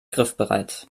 griffbereit